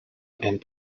and